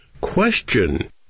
Question